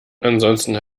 ansonsten